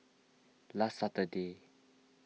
last Saturday